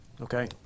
Okay